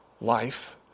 life